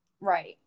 right